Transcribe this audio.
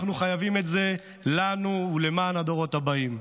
אנחנו חייבים את זה לנו ולמען הדורות הבאים.